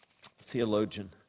theologian